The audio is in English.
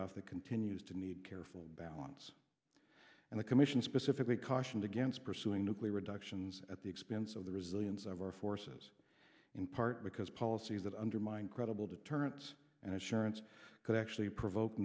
tradeoff that continues to need careful balance and the commission specifically cautioned against pursuing nuclear reductions at the expense of the resilience of our forces in part because policies that undermine credible deterrents and assurance could actually provoke